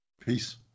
Peace